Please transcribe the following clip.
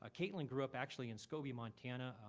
ah kaitlin grew up actually in scobey, montana.